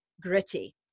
gritty